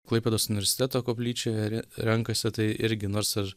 klaipėdos universiteto koplyčioje renkasi tai irgi nors ir